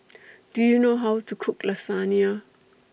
Do YOU know How to Cook Lasagna